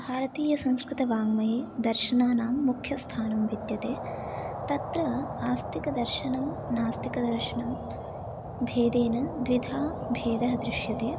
भारतीयसंस्कृतवाङ्मये दर्शनानां मुख्यस्थानं विद्यते तत्र आस्तिकदर्शनं नास्तिकदर्शनं भेदेन द्विधा भेदः दृश्यते